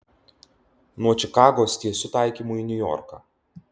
nuo čikagos tiesiu taikymu į niujorką